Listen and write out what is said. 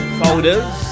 folders